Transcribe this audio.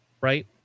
right